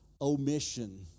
omission